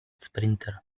sprinter